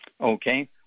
Okay